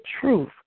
truth